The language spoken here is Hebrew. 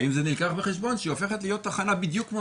האם זה נלקח בחשבון שהיא הופכת להיות תחנה בדיוק כמו